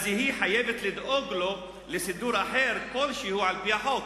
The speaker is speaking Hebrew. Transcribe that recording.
היא חייבת לדאוג לו לסידור אחר כלשהו, על-פי החוק.